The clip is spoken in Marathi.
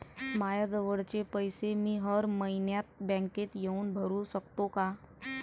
मायाजवळचे पैसे मी हर मइन्यात बँकेत येऊन भरू सकतो का?